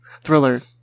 thriller